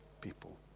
people